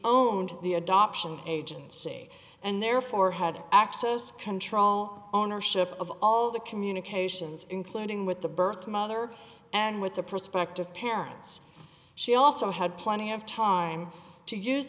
owned the adoption agency and therefore had access control ownership of all the communications including with the birthmother and with the prospective parents she also had plenty of time to use